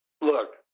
look